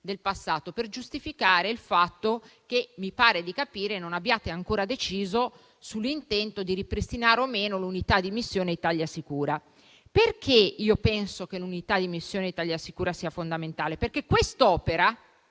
del passato per giustificare il fatto che - da ciò che mi pare di capire - non abbiate ancora deciso sull'intento di ripristinare o meno l'unità di missione ItaliaSicura. Perché penso che l'unità di missione ItaliaSicura sia fondamentale? Quest'opera,